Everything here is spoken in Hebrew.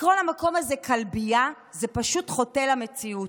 לקרוא למקום הזה כלבייה פשוט חוטא למציאות,